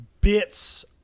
bits